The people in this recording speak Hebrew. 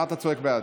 מה אתה צועק "בעד"?